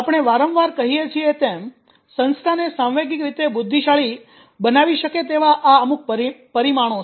આપણે વારંવાર કહીએ છીએ તેમ સંસ્થાને સાંવેગિક રીતે બુદ્ધિશાળી બનાવી શકે તેવા આ અમુક પરિમાણો છે